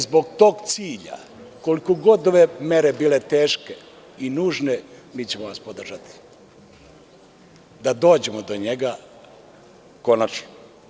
Zbog tog cilja, koliko god ove mere bile teške i nužne, mi ćemo vas podržati da dođemo do njega konačno.